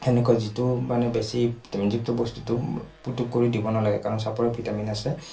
সেনেকুৱা যিটো মানে বেছি ভিটামিনযুক্ত বস্তুটো পুটোক কৰি দিব নালাগে কাৰণ চাপৰত ভিটামিন আছে